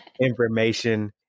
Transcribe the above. information